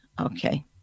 Okay